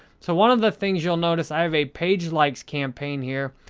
so, one of the things you'll notice, i have a page likes campaign here.